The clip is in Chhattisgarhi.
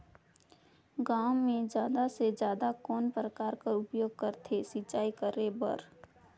गांव म जादा से जादा कौन कर उपयोग करथे सिंचाई करे बर?